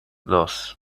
dos